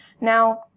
now